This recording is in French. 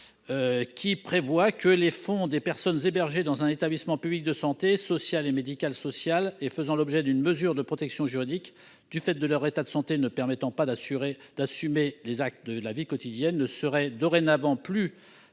dispose que les fonds des personnes hébergées dans un établissement public de santé, social et médical-social et faisant l'objet d'une mesure de protection juridique du fait de leur état de santé ne leur permettant pas d'assumer les actes de la vie quotidienne seraient dorénavant,